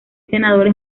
senadores